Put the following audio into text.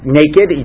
naked